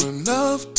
enough